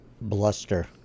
bluster